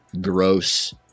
gross